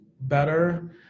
better